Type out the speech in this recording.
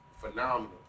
phenomenal